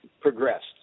progressed